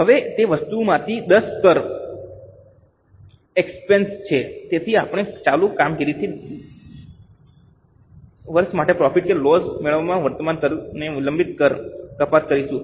હવે તે વસ્તુમાંથી X કર એક્સપેન્સ છે તેથી આપણે ચાલુ કામગીરીથી વર્ષ માટે પ્રોફિટ કે લોસ મેળવવા વર્તમાન કર અને વિલંબિત કર કપાત કરીશું